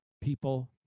people